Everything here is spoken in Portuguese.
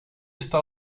está